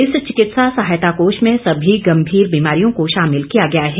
इस चिकित्सा सहायता कोष में सभी गंभीर बीमारियों को शामिल किया गया है